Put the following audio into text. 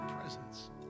presence